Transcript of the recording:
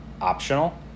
optional